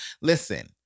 Listen